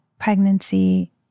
pregnancy